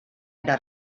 era